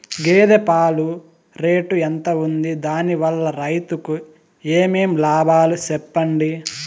గేదె పాలు రేటు ఎంత వుంది? దాని వల్ల రైతుకు ఏమేం లాభాలు సెప్పండి?